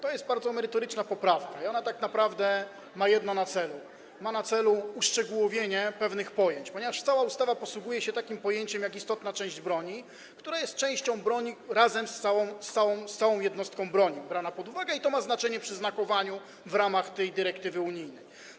To jest bardzo merytoryczna poprawka, która tak naprawdę ma jedno na celu: uszczegółowienie pewnych pojęć, ponieważ cała ustawa posługuje się pojęciem istotnej części broni, która jest częścią broni razem z całą jednostką broni braną pod uwagę, co ma znaczenie przy znakowaniu w ramach tej dyrektywy unijnej.